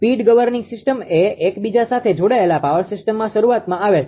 speed governing system એ એકબીજા સાથે જોડાયેલ પાવર સિસ્ટમમાં શરૂઆતમાં આવે છે